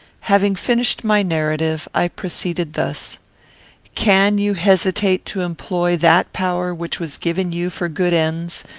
having finished my narrative, i proceeded thus can you hesitate to employ that power which was given you for good ends,